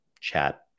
chat